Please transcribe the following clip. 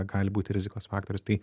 gali būt rizikos faktorius tai